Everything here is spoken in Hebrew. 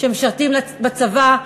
שמשרתים בצבא,